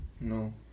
No